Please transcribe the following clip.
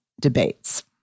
debates